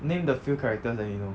name the few characters that you know